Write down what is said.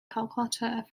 kolkata